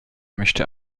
möchte